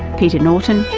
peter norton,